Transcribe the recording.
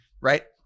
Right